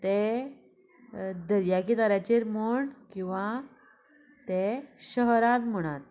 ते दर्या किनाऱ्याचेर म्हूण किंवां ते शहरान म्हणात